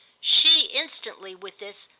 she instantly, with this,